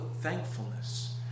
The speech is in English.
thankfulness